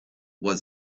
was